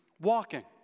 walking